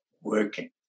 working